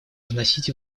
вносить